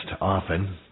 often